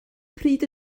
pryd